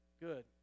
Good